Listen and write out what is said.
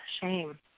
shame